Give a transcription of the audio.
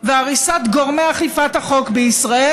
והריסת גורמי אכיפת החוק בישראל.